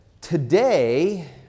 today